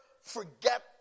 forget